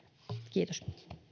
kiitos